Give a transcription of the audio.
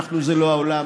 אנחנו זה לא העולם,